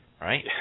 right